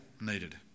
needed